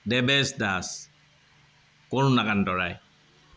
Debesh Das Karuna Kanta Roy